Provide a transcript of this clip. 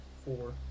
Four